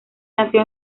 nació